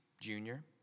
Junior